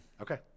Okay